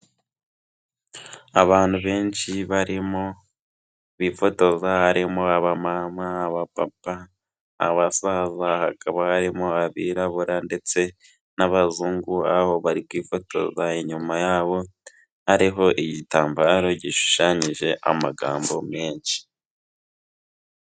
Abantu benshi barimo bifotoza, harimo abamama, abapapa, abasaza, hakaba harimo abirabura ndetse n'abazungu aho bari kwifotoza, inyuma yabo hariho igitambaro gishushanyije amagambo menshi.